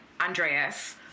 Andreas